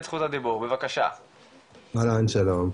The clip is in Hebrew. שלום,